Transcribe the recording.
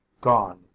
gone